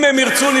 אם הם ירצו,